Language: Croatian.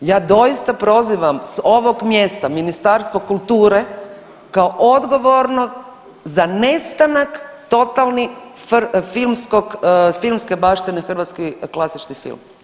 Ja doista prozivam s ovog mjesta Ministarstvo kulture kao odgovorno za nestanak totalni filmskog, filmske baštine hrvatski klasični film.